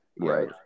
Right